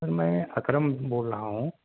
سر میں اکرم بول رہا ہوں